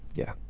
yeah.